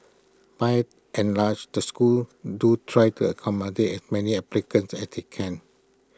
by and large the schools do try to accommodate many applicants as they can